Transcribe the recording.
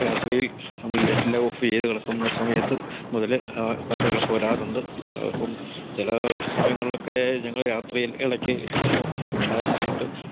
രാത്രിയിൽ നമ്മൾ ലൈറ്റെല്ലാം ഓഫ് ചെയ്ത് കിടക്കുന്ന സമയത്ത് മുതൽ പാറ്റകളൊക്കെ വരാറുണ്ട് അപ്പം ചില സമയങ്ങളിലൊക്കെ ഞങ്ങൾ രാത്രിയിൽ ഇടയ്ക്ക് അത്യാവശ്യമായിട്ട്